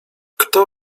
kto